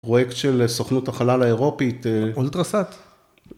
פרויקט של סוכנות החלל האירופית, אולטרסאט.